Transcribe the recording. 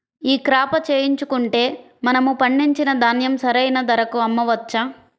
ఈ క్రాప చేయించుకుంటే మనము పండించిన ధాన్యం సరైన ధరకు అమ్మవచ్చా?